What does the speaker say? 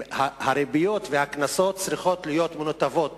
הריבית והקנסות צריכים להיות מנותבים